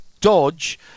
Dodge